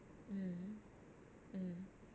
mm mm